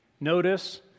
notice